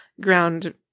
ground